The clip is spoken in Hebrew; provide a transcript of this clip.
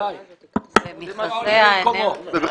אני מדבר על מכרזי האנרגיה.